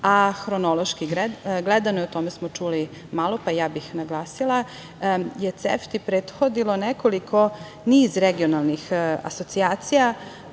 a hronološki gledano o tome smo čuli malo, pa bih naglasila da je CEFTA prethodio niz regionalnih asocijacija